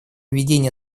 ведения